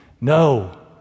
No